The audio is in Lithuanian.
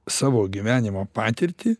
savo gyvenimo patirtį